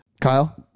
Kyle